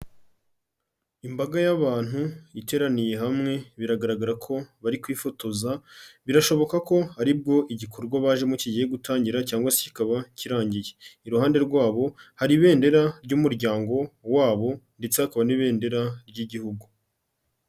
Imbaga y'abantu iteraniye hamwe, biragaragara ko bari kwifotoza, birashoboka ko ari bwo igikorwa bajemo kigiye gutangira cyangwa se kikaba kirangiye. Iruhande rwabo hari ibendera ry'umuryango wabo ndetse hakaba n'ibendera ry'Igihugu.